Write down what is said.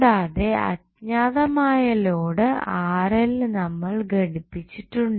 കൂടാതെ അജ്ഞാതമായ ലോഡ് നമ്മൾ ഘടിപ്പിച്ചിട്ടുണ്ട്